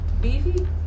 beefy